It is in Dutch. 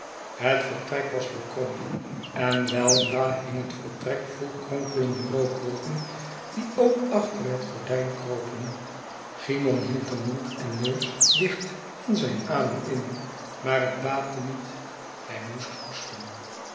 het vertrek was bekrompen en weldra hing het vertrek vol kronkelende rookwolken die ook achter het gordijn kropen cymon hield mond en neus dicht en zijnademin maar het baatte niet hij moest hoesten